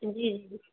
जी जी